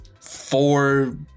four